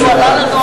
בעיני,